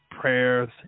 prayers